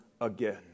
again